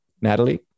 Natalie